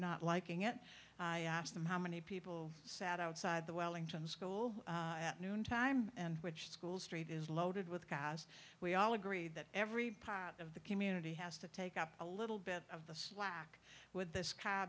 not liking it asked them how many people sat outside the wellington school at noon time and which schools street is loaded with gas we all agree that every part of the community has to take up a little bit of the slack with this